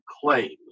claims